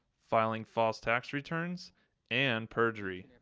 filing false tax returns and perjury.